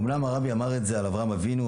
אומנם הרבי אמר את זה על אברהם אבינו,